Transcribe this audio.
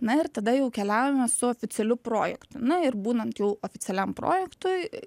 na ir tada jau keliaujame su oficialiu projektu na ir būnant jau oficialiam projektui